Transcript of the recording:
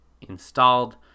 installed